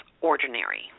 ordinary